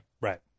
right